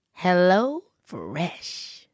HelloFresh